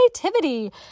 creativity